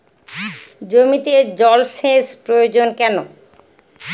জমিতে জল সেচ প্রয়োজন কেন?